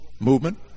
movement